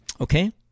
Okay